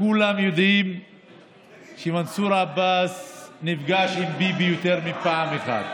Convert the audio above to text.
למה אתה משתגע,